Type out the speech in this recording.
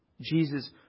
Jesus